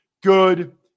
Good